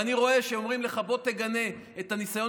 ואני רואה שכשאומרים לך בוא תגנה את ניסיון